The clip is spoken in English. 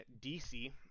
DC